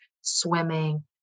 swimming